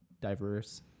diverse